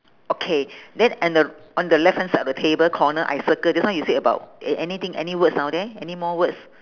okay then and the on the left hand side of the table corner I circle just now you say about anything any words down there anymore words